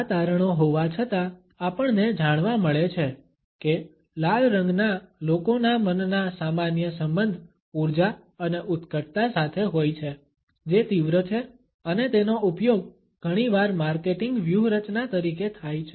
આ તારણો હોવા છતાં આપણને જાણવા મળે છે કે લાલ રંગના લોકોના મનના સામાન્ય સંબંધ ઉર્જા અને ઉત્કટતા સાથે હોય છે જે તીવ્ર છે અને તેનો ઉપયોગ ઘણીવાર માર્કેટિંગ વ્યૂહરચના તરીકે થાય છે